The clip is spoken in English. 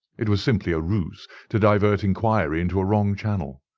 it was simply a ruse to divert inquiry into a wrong channel.